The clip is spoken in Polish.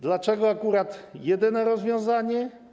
Dlaczego akurat to jedyne rozwiązanie?